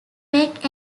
make